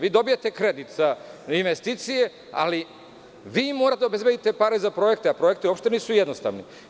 Vi dobijate kredit za investicije, ali i vi morate da obezbedite pare za projekte, a projekti uopšte nisu jednostavni.